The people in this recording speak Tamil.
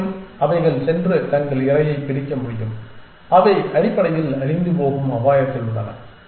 மேலும் அவைகள் சென்று தங்கள் இரையை பிடிக்க முடியும் அவை அடிப்படையில் அழிந்துபோகும் அபாயத்தில் உள்ளன